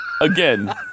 again